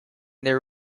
their